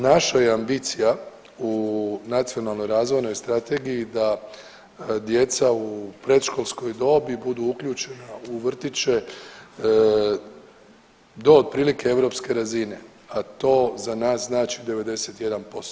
Naša je ambicija u nacionalnoj razvojnoj strategiji da djeca u predškolskoj dobi budu uključena u vrtiće do otprilike europske razine, a to za nas znači 91%